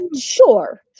Sure